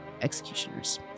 executioners